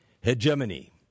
hegemony